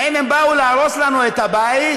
האם הם באו להרוס לנו את הבית?